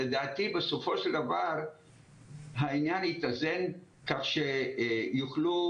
לדעתי בסופו של דבר העניין יתאזן כך שיוכלו